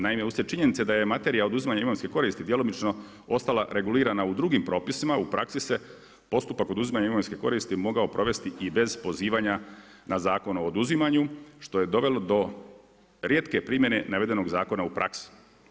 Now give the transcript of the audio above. Naime, usred činjenice da je materija oduzimanje imovinske koristi djelomično ostala regulirana u drugim propisima u praksi se postupak oduzimanja imovinske koristi mogao provesti i bez pozivanja na Zakon o oduzimanju što je dovelo do rijetke primjene navedenog zakona u praksi.